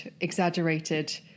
exaggerated